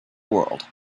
world